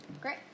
Great